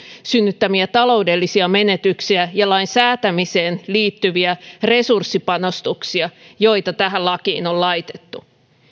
synnyttämiä taloudellisia menetyksiä ja lain säätämiseen liittyviä resurssipanostuksia joita tähän lakiin on laitettu